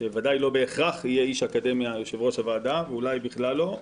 שבוודאי לא בהכרח יהיה איש אקדמיה יושב-ראש הוועדה ואולי בכלל לא,